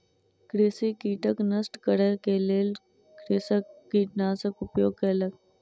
कृषि कीटक नष्ट करै के लेल कृषक कीटनाशकक उपयोग कयलक